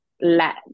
let